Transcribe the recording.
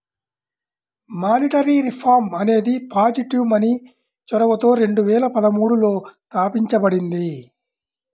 monetary reform అనేది positive money చొరవతో రెండు వేల పదమూడులో తాపించబడింది